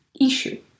issue